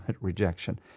rejection